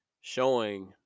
Showing